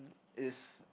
it's